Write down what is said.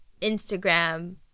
Instagram